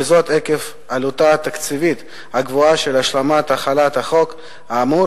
וזאת עקב עלותה התקציבית הגבוהה של השלמת החלת החוק האמור